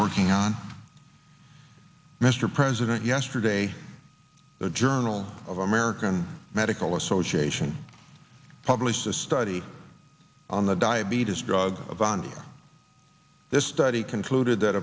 working on mr president yesterday the journal of american medical association published a study on the diabetes drug avandia this study concluded that